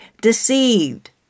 deceived